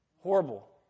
Horrible